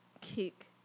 kick